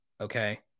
okay